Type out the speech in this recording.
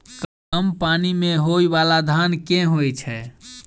कम पानि मे होइ बाला धान केँ होइ छैय?